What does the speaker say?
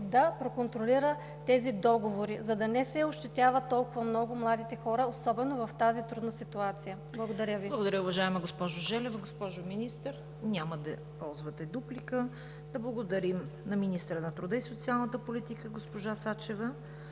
да проконтролира тези договори, за да не ощетяват толкова много младите хора, особено в тази трудна ситуация. Благодаря Ви. ПРЕДСЕДАТЕЛ ЦВЕТА КАРАЯНЧЕВА: Благодаря, уважаема госпожо Желева. Госпожо Министър? Няма да ползвате дуплика. Да благодарим на министъра на труда и социалната политика госпожа Сачева